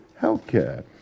healthcare